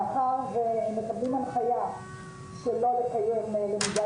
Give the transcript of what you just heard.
מאחר והם מקבלים הנחיה שלא לקיים למידה